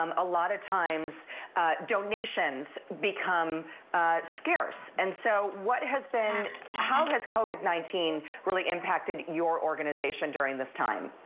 um a lot of times donations become scarce, and so what has been how has covid nineteen really impacted your organization during this time?